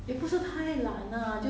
too relaxed ah